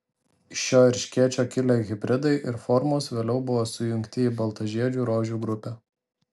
iš šio erškėčio kilę hibridai ir formos vėliau buvo sujungti į baltažiedžių rožių grupę